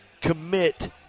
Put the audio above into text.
commit